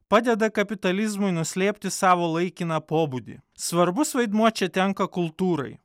padeda kapitalizmui nuslėpti savo laikiną pobūdį svarbus vaidmuo čia tenka kultūrai